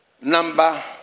Number